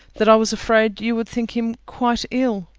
that i was afraid you would think him quite ill.